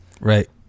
Right